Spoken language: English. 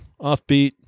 offbeat